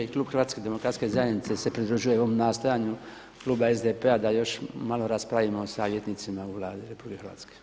I klub HDZ-a se pridružuje ovom nastojanju kluba SDP-a da još malo raspravimo o savjetnicima u Vladi RH.